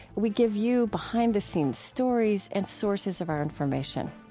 we give you behind-the-scenes stories and sources of our information.